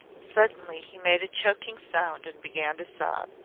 suddenly he made a choking sound and began to sob.